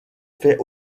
fait